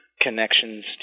connections